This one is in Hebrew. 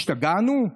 השתגענו?